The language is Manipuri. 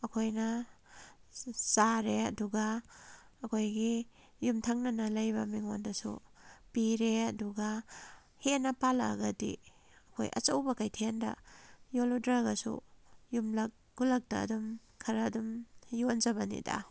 ꯑꯩꯈꯣꯏꯅ ꯆꯥꯔꯦ ꯑꯗꯨꯒ ꯑꯩꯈꯣꯏꯒꯤ ꯌꯨꯝꯊꯪꯅꯅ ꯂꯩꯕ ꯃꯤꯉꯣꯟꯗꯁꯨ ꯄꯤꯔꯦ ꯑꯗꯨꯒ ꯍꯦꯟꯅ ꯄꯥꯜꯂꯛꯑꯒꯗꯤ ꯑꯩꯈꯣꯏ ꯑꯆꯧꯕ ꯀꯩꯊꯦꯜꯗ ꯌꯣꯜꯂꯨꯗ꯭ꯔꯒꯁꯨ ꯌꯨꯝꯂꯛ ꯈꯨꯂꯛꯇ ꯑꯗꯨꯝ ꯈꯔ ꯑꯗꯨꯝ ꯌꯣꯟꯖꯕꯅꯤꯗ